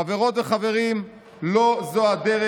חברות וחברים, לא זה הדרך.